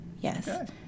Yes